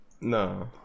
No